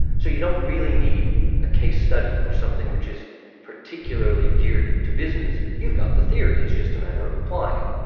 so you don't really need a case study or something which is particularly geared to business, you've got the theory, it's just a matter of applying it.